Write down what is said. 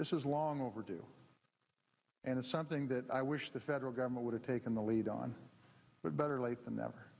this is long overdue and it's something that i wish the federal government would have taken the lead on but better late than never